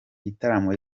gitaramo